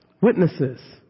Witnesses